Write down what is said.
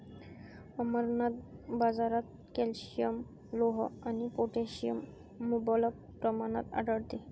अमरनाथ, बाजारात कॅल्शियम, लोह आणि पोटॅशियम मुबलक प्रमाणात आढळते